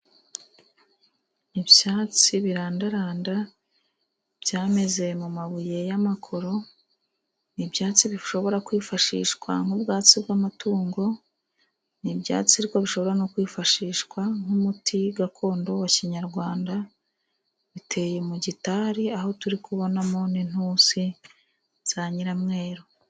Ibyatsi birandaranda byameze mu mabuye y'amakoro, ibyatsi bishobora kwifashishwa nk'ubwatsi bw'amatungo. Ni ibyatsi bishobora no kwifashishwa nk'umuti gakondo wa kinyarwanda, biteye mu gitari. Aho turi kubonamo n' intusi za nyiramweru.